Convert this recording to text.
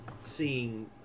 seeing